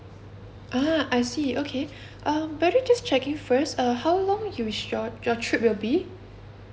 ah I see okay um by the way just checking first uh how long you should your trip will be